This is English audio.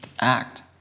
act